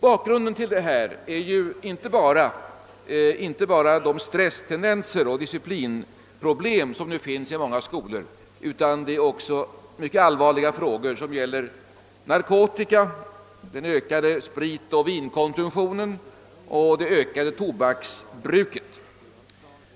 Bakgrunden till vårt förslag är inte bara de stresstendenser och disciplinproblem som för närvarande finns i många skolor utan också de mycket allvarliga problem som uppstått genom användandet av narkotika, den ökade spritoch vinkonsumtionen och det ökade tobaksbruket.